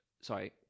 Sorry